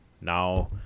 now